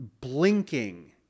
blinking